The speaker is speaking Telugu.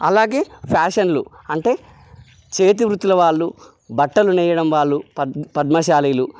అలాగే ఫ్యాషన్లు అంటే చేతివృత్తుల వాళ్ళు బట్టలు నేయడం వాళ్ళు పద్ పద్మశాలీలు